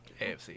AFC